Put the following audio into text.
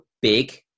big